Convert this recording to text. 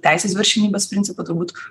teisės viršenybės principo turbūt